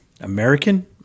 American